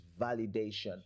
validation